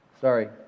Sorry